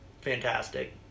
fantastic